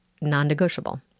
non-negotiable